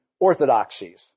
orthodoxies